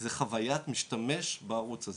זו חווית משתמש בערוץ הזה.